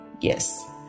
Yes